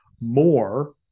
more